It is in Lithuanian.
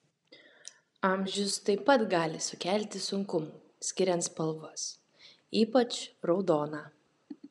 amžius taip pat gali sukelti sunkumų skiriant spalvas ypač raudoną